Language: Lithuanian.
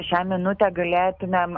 šią minutę galėtumėm